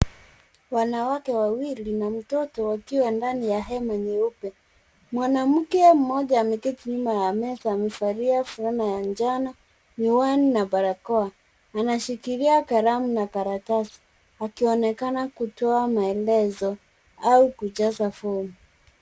Wanawake wawili na mtoto wakiwa ndani ya hema nyeupe. Mwanamke mmoja ameketi nyuma ya meza, amevalia fulana ya njano, miwani na barakoa, anashikilia kalamu na karatasi, akionekana kutoa maelezo au kujaza fomu.